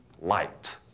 light